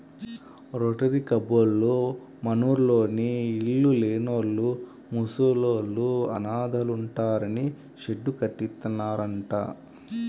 rotary కబ్బోళ్ళు మనూర్లోని ఇళ్ళు లేనోళ్ళు, ముసలోళ్ళు, అనాథలుంటానికి షెడ్డు కట్టిత్తన్నారంట